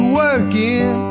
working